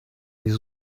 les